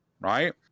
right